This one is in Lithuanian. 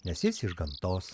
nes jis iš gamtos